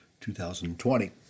2020